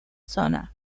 zona